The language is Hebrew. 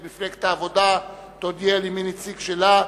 אם מפלגת העבודה תודיע לי מי הנציג שלה,